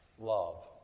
love